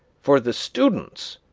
for the students,